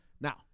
Now